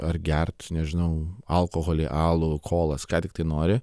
ar gert nežinau alkoholį alų kolas ką tiktai nori